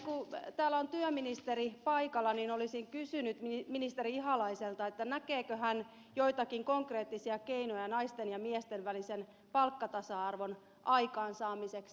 kun täällä on työministeri paikalla olisin kysynyt ministeri ihalaiselta näkeekö hän joitakin konkreettisia keinoja naisten ja miesten välisen palkkatasa arvon aikaansaamiseksi